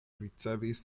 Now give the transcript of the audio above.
ricevis